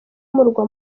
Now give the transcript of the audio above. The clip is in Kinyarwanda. umurwa